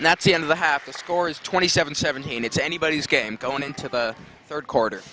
that's the end of the half the score is twenty seven seventeen it's anybody's game going into the third quarter